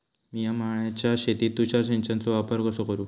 मिया माळ्याच्या शेतीत तुषार सिंचनचो वापर कसो करू?